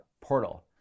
portal